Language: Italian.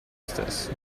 stesso